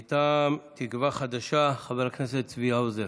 מטעם תקווה חדשה, חבר הכנסת צבי האוזר,